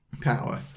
power